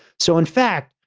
so, in fact,